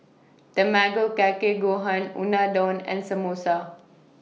Tamago Kake Gohan Unadon and Samosa